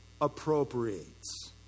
appropriates